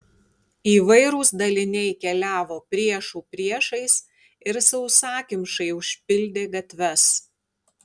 įvairūs daliniai keliavo priešų priešais ir sausakimšai užpildė gatves